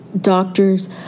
doctors